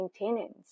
maintenance